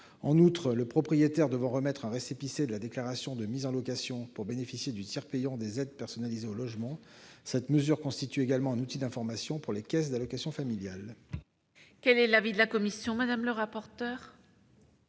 En outre, le propriétaire devant remettre un récépissé de la déclaration de mise en location pour bénéficier du tiers payant des aides personnalisées au logement, cette mesure constitue également un outil d'information pour les caisses d'allocations familiales. Quel est l'avis de la commission ? La